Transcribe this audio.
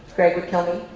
greg would tell me.